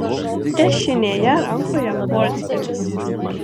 dešinėje rankoje portfelis